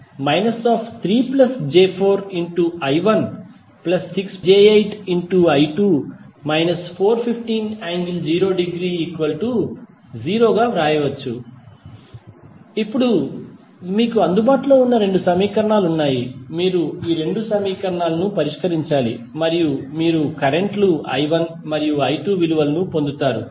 −3 j4 I1 6 j8 I2 − 415∠0◦ 0 ఇప్పుడు మీకు అందుబాటులో ఉన్న రెండు సమీకరణాలు ఉన్నాయి మీరు ఈ రెండు సమీకరణాలను పరిష్కరించాలి మరియు మీరు కరెంట్ లు I1 మరియు I2 లకు విలువలను పొందుతారు